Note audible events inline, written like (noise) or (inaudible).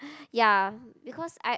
(breath) ya because I